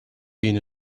been